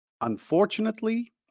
Unfortunately